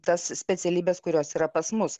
tas specialybes kurios yra pas mus